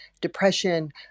depression